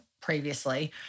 previously